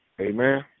Amen